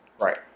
Right